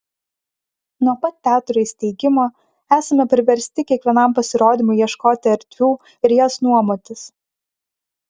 nuo pat teatro įsteigimo esame priversti kiekvienam pasirodymui ieškoti erdvių ir jas nuomotis